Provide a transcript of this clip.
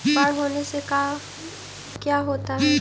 बाढ़ होने से का क्या होता है?